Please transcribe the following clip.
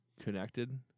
connected